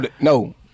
no